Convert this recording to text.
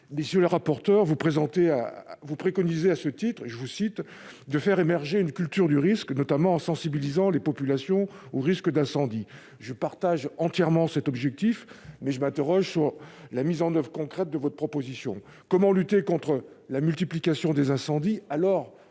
Messieurs les rapporteurs, vous préconisez à ce titre de « faire émerger une " culture du risque "», notamment en sensibilisant les populations au risque d'incendie. Je partage entièrement cet objectif, mais je m'interroge sur la mise en oeuvre concrète de votre proposition. Comment lutter contre la multiplication des incendies, alors